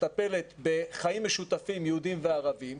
שמטפלת בחיים משותפים של יהודים וערבים.